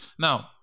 Now